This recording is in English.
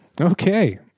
Okay